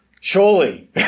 Surely